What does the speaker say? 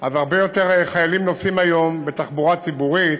הרבה יותר חיילים נוסעים היום בתחבורה ציבורית,